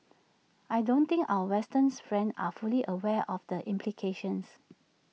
I don't think our Western's friends are fully aware of the implications